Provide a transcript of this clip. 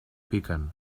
piquen